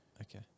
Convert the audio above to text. Okay